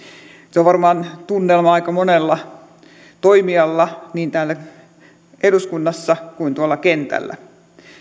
se on varmaan tunnelma aika monella toimijalla niin täällä eduskunnassa kuin tuolla kentällä